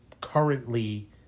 currently